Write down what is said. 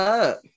up